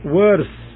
worse